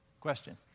question